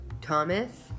Thomas